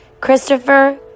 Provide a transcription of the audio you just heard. Christopher